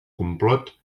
complot